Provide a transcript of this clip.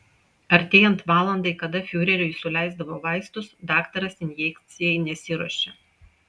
artėjant valandai kada fiureriui suleisdavo vaistus daktaras injekcijai nesiruošė